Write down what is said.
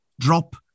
drop